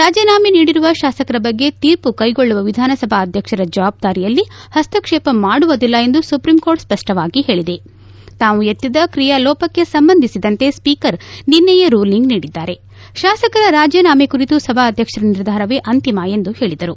ರಾಜೀನಾಮೆ ನೀಡಿರುವ ಶಾಸಕರ ಬಗ್ಗೆ ತೀರ್ಮ ಕೈಗೊಳ್ಳುವ ವಿಧಾನಸಭಾಧ್ಯಕ್ಷರ ಜವಾಬ್ದಾರಿಯಲ್ಲಿ ಹಸ್ತಕ್ಷೇಪ ಮಾಡುವುದಿಲ್ಲ ಎಂದು ಸುಪ್ರೀಂ ಕೋರ್ಟ್ ಸ್ಪಷ್ಷವಾಗಿ ಹೇಳಿದೆ ತಾವು ಎಕ್ತಿದ ಕ್ರಿಯಾಲೋಪಕ್ಕೆ ಸಂಬಂಧಿಸಿದಂತೆ ಸ್ಪೀಕರ್ ನಿನ್ನೆಯೇ ರೂಲಿಂಗ್ ನೀಡಿದ್ದಾರೆ ಶಾಸಕರ ರಾಜೀನಾಮೆ ಕುರಿತು ಸಭಾಧ್ಯಕ್ಷರ ನಿರ್ಧಾರವೇ ಅಂತಿಮ ಎಂದು ಹೇಳದರು